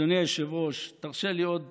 אדוני היושב-ראש, תרשה לי עוד